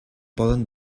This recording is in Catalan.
poden